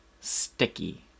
sticky